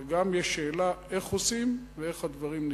אבל גם יש שאלה איך עושים ואיך הדברים נראים.